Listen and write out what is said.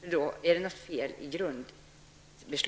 Då är det något fel i de ursprungliga besluten.